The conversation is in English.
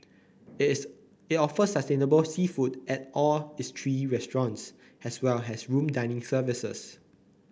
it's it offers sustainable seafood at all its three restaurants as well as room dining services